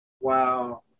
Wow